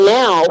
now